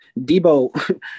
Debo